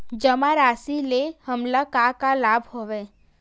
जमा राशि ले हमला का का लाभ हवय?